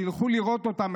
תלכו לראות אותן,